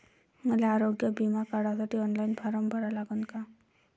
मले आरोग्य बिमा काढासाठी ऑनलाईन फारम भरा लागन का?